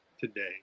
today